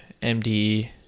MD